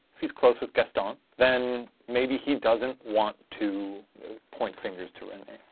if he's close with gaston, then maybe he doesn't want to point fingers to rene.